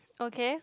okay